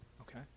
Okay